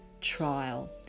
trial